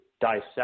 dissect